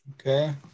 okay